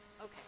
Okay